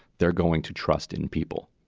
they're going to trust in people.